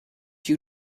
you